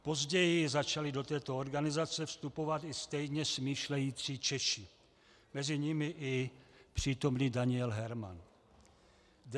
Později začali do této organizace vstupovat i stejně smýšlející Češi, mezi nimi i přítomný Daniel Herman.